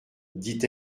dit